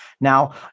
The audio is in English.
now